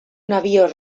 navío